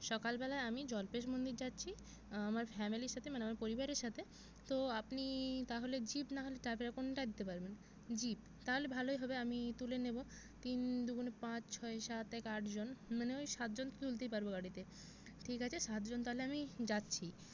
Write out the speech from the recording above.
সকালবেলায় আমি জল্পেস মন্দির যাচ্ছি আমার ফ্যামেলির সাথে মানে আমার পরিবারের সাথে তো আপনি তাহলে জিপ না হলে ট্রাভেরা কোনটা দিতে পারবেন জিপ তাহলে ভালোই হবে আমি তুলে নেব তিন দু গুণে পাঁচ ছয় সাত এক আট জন মানে ওই সাত জন তো তুলতেই পারবো গাড়িতে ঠিক আছে সাতজন তাহলে আমি যাচ্ছি